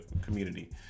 community